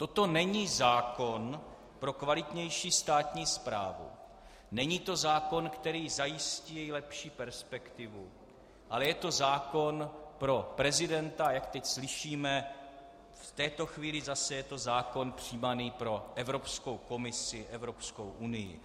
Toto není zákon pro kvalitnější státní správu, není to zákon, který zajistí lepší perspektivy, ale je to zákon pro prezidenta, a jak to slyšíme v této chvíli, zase je to zákon přijímaný pro Evropskou komisi, Evropskou unii.